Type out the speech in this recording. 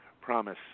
promise